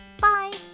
Bye